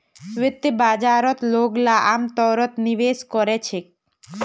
वित्तीय बाजारत लोगला अमतौरत निवेश कोरे छेक